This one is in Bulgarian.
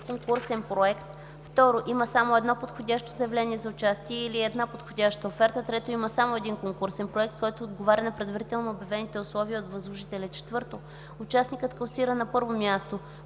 конкурсен проект; 2. има само едно подходящо заявление за участие или една подходяща оферта; 3. има само един конкурсен проект, който отговаря на предварително обявените условия от възложителя; 4. участникът, класиран на първо място: